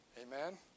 Amen